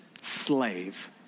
slave